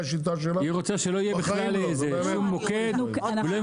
היא רוצה שבכלל לא יהיה מוקד ולא יהיו